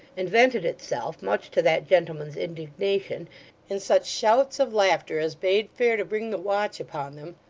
and vented itself much to that gentleman's indignation in such shouts of laughter as bade fair to bring the watch upon them,